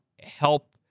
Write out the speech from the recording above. help